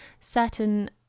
certain